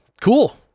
cool